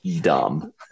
dumb